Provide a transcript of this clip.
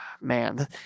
man